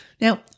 Now